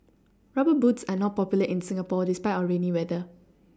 rubber boots are not popular in Singapore despite our rainy weather